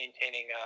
maintaining